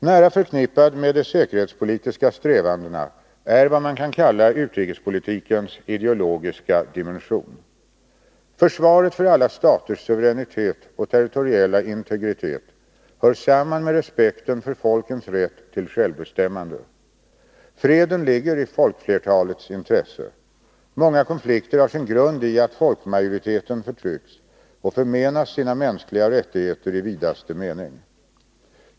Nära förknippad med de säkerhetspolitiska strävandena är vad man kan kalla utrikespolitikens ideologiska dimension. Försvaret för alla staters suveränitet och territoriella integritet hör samman med respekten för folkens rätt till självbestämmande. Freden ligger i folkflertalets intresse. Många konflikter har sin grund i att folkmajoriteten förtrycks och förmenas sina mänskliga rättigheter i vidaste mening.